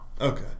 Okay